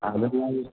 அது மாதிரி